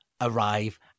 arrive